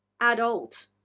adult